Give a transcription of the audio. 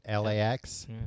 LAX